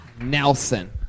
Nelson